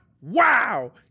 Wow